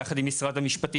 ביחד עם משרד המשפטים,